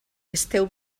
esteu